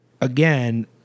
Again